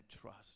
trust